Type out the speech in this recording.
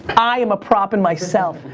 i am a prop in myself.